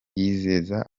yizeza